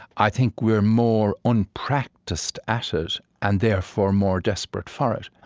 i think we're more unpracticed at it and therefore more desperate for it.